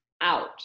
out